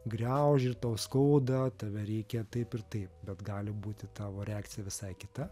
griauži ir tau skauda tave reikia taip ir taip bet gali būti tavo reakcija visai kita